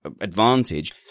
advantage